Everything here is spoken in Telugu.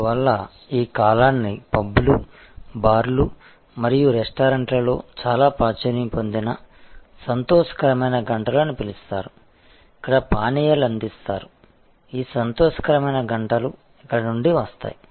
అందువల్ల ఈ కాలాన్ని పబ్బులు బార్లు మరియు రెస్టారెంట్లలో చాలా ప్రాచుర్యం పొందిన సంతోషకరమైన గంటలు అని పిలుస్తారు ఇక్కడ పానీయాలు అందిస్తారు ఈ సంతోషకరమైన గంటలు ఇక్కడ నుండి వస్తాయి